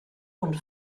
und